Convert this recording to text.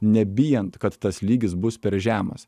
nebijant kad tas lygis bus per žemas